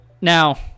Now